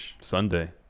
Sunday